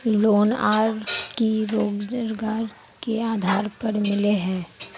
Loan की रोजगार के आधार पर मिले है?